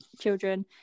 children